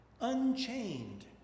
unchained